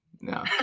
no